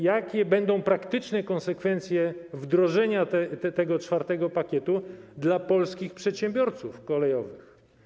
Jakie będą praktyczne konsekwencje wdrożenia tego IV pakietu dla polskich przedsiębiorców kolejowych?